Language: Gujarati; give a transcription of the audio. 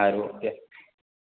સારું ઓકે